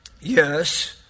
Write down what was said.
Yes